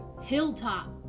hilltop